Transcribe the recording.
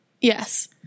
Yes